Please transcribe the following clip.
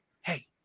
Hey